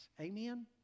Amen